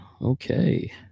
Okay